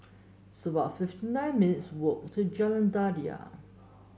it's about fifty nine minutes' walk to Jalan Daliah